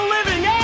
Living